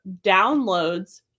downloads